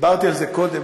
דיברתי על זה קודם,